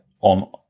on